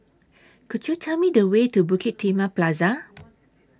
Could YOU Tell Me The Way to Bukit Timah Plaza